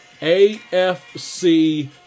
AFC